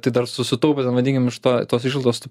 tai dar susitaupęs ten vadinkim iš to tos išlaidos